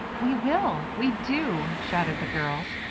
we will! we do! shouted the girls.